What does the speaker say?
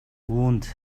үүнд